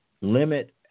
limit